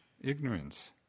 ignorance